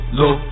low